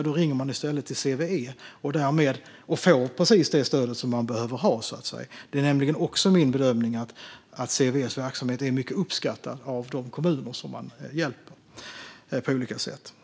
Då får kommunerna precis det stöd de behöver ha. Det är nämligen också min bedömning att CVE:s verksamhet är mycket uppskattad av de kommuner som CVE på olika sätt hjälper.